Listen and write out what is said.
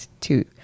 two